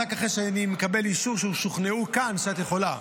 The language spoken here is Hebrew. אז רק אחרי שאני מקבל אישור ששוכנעו כאן שאת יכולה.